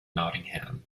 nottingham